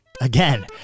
again